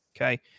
okay